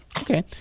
okay